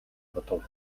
бодов